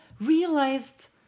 realized